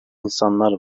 insanlar